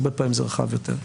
הרבה פעמים זה רחב יותר.